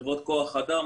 חברות כוח אדם,